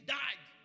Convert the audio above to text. died